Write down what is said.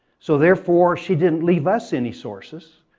so therefore she didn't leave us any sources.